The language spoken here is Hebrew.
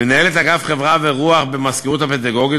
מנהלת אגף חברה ורוח במזכירות הפדגוגית